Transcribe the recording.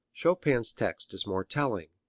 chopin's text is more telling.